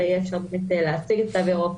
אלא יהיה אפשר להציג את התו הירוק,